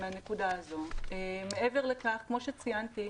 מעבר לכך, כמו שציינתי,